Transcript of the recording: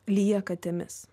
lyja katėmis